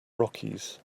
rockies